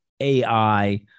AI